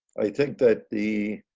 i think that the